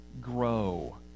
grow